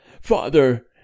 Father